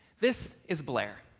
this is blair.